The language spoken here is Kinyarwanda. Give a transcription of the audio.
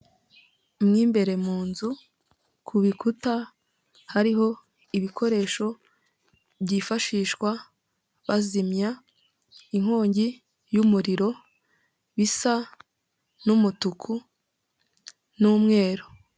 Mo imbere mu nzu, ku bikuta hariho ibikoresho byifashishwa bazimya inkongi y'umuriro bisa n'umutuku n'umweru.